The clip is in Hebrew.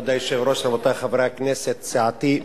כבוד היושב-ראש, רבותי חברי הכנסת, סיעתי,